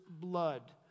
blood